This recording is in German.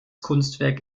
kunstwerk